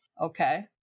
Okay